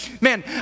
man